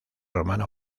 romano